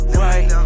right